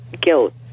guilt